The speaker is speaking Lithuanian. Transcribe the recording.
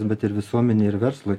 bet ir visuomenei ir verslui